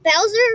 Bowser